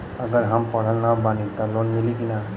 अगर हम पढ़ल ना बानी त लोन मिली कि ना?